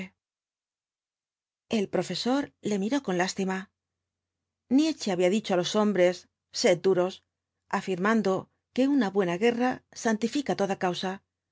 el profesor le miró con lástima nietzsche había dicho á los hombres sed duros afirmando que una buena guerra santifica toda causa